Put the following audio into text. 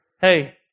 hey